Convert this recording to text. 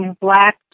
black